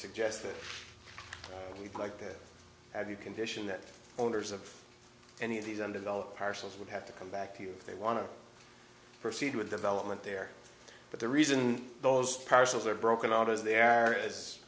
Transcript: suggest that we'd like to have you condition that owners of any of these undeveloped parcels would have to come back here if they want to proceed with development there but the reason those parcels are broken out as there is